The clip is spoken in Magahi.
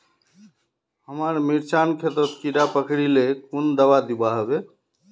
हमार मिर्चन खेतोत कीड़ा पकरिले कुन दाबा दुआहोबे?